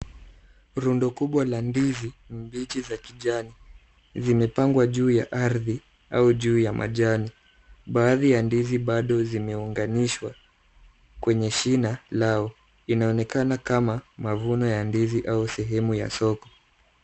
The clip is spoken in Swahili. Rundo kubwa la ndizi mbichi za kijani. Zimepangwa juu ya ardhi au juu ya majani. Baadhi ya ndizi bado zimeunganishwa kwenye shina lao. Inaonekana kama mavuno ya ndizi au sehemu ya soko.